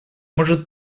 может